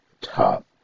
top